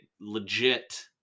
legit